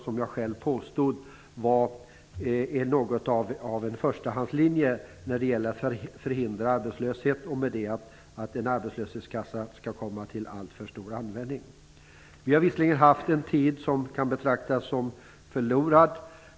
Som jag själv påstod är de något av en förstahandslinje när det gäller att förhindra arbetslöshet och därmed att en arbetslöshetskassa skall komma till alltför stor användning. Det har visserligen varit en tid som kan betraktas som förlorad.